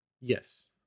yes